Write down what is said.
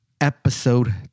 Episode